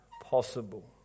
possible